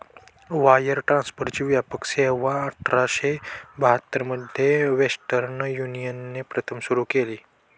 wire ट्रान्सफरची व्यापक सेवाआठराशे बहात्तर मध्ये वेस्टर्न युनियनने प्रथम सुरू केली